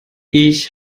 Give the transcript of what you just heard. ich